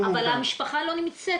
אבל המשפחה לא נמצאת,